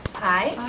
hi.